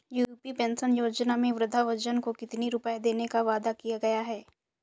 UP pension योजना में वृद्धजन को कितनी रूपये देने का वादा किया गया है?